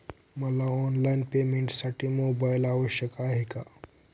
मला ऑनलाईन पेमेंटसाठी मोबाईल आवश्यक आहे का?